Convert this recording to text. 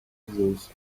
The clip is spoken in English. easels